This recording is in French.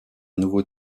nouveau